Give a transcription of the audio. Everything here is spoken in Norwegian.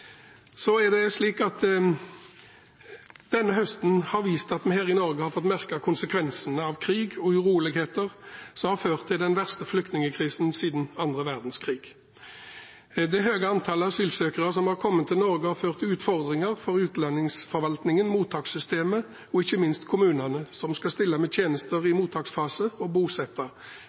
Så har denne høsten vist at vi her i Norge har fått merke konsekvensene av krig og uroligheter, som har ført til den verste flyktningkrisen siden annen verdenskrig. Det høye antallet asylsøkere som har kommet til Norge, har ført til utfordringer for utlendingsforvaltningen, mottakssystemet og ikke minst for kommunene, som skal stille med tjenester